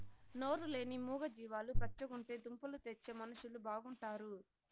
నోరు లేని మూగ జీవాలు పచ్చగుంటే దుంపలు తెచ్చే మనుషులు బాగుంటారు